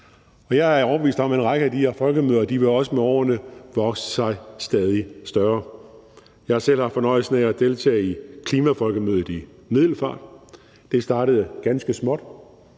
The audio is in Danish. Jeg er overbevist om, at en række af de her folkemøder også med årene vil vokse sig stadig større. Jeg har selv haft fornøjelsen af at deltage i Klimafolkemødet i Middelfart. Det startede ganske småt